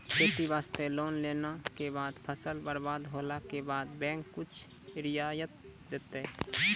खेती वास्ते लोन लेला के बाद फसल बर्बाद होला के बाद बैंक कुछ रियायत देतै?